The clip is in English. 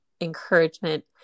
encouragement